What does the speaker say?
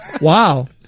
Wow